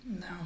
No